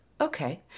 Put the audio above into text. okay